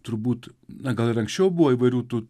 turbūt na gal ir anksčiau buvo įvairių tų